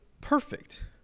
perfect